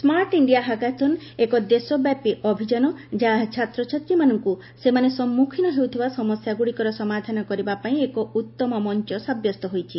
ସ୍କାର୍ଟ India hackathon ଏକ ଦେଶବ୍ୟାପୀ ଅଭିଯାନ ଯାହା ଛାତ୍ରଛାତ୍ରୀମାନଙ୍କୁ ସେମାନେ ସମ୍ମୁଖୀନ ହେଉଥିବା ସମସ୍ୟା ଗୁଡ଼ିକର ସମଧାନ କରିବା ପାଇଁ ଏକ ଉତ୍ତମ ମଞ୍ଚ ସାବ୍ୟସ୍ତ ହୋଇଛି